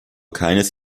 keines